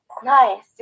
Nice